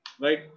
Right